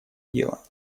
дело